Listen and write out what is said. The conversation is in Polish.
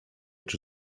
czy